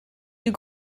you